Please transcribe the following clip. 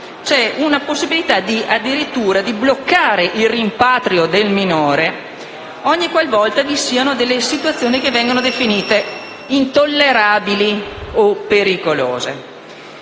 la possibilità di bloccare il rimpatrio del minore ogni qualvolta vi siano delle situazioni definite intollerabili o pericolose.